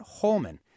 Holman